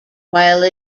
while